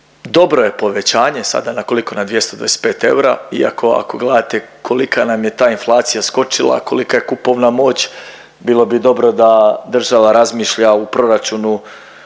Dobro je povećanje sada na koliko? Na 225 eura, iako ako gledate kolika nam je ta inflacija skočila, kolika je kupovna moć bilo bi dobro da država razmišlja u proračunu,